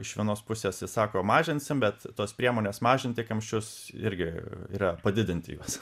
iš vienos pusės jis sako mažinsim bet tos priemonės mažinti kamščius irgi yra padidinti juos